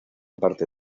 parte